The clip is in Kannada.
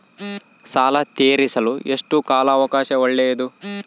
ಸಾಲ ತೇರಿಸಲು ಎಷ್ಟು ಕಾಲ ಅವಕಾಶ ಒಳ್ಳೆಯದು?